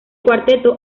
cuarteto